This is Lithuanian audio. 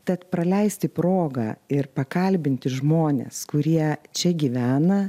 tad praleisti progą ir pakalbinti žmones kurie čia gyvena